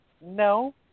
no